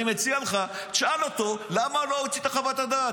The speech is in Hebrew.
אני מציע לך: שאל אותו למה הוא לא הוציא את חוות הדעת.